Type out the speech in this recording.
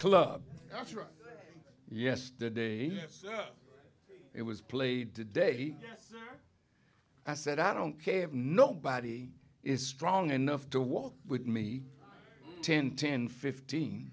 right yesterday it was played today i said i don't care nobody is strong enough to walk with me ten ten fifteen